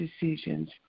decisions